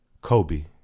Kobe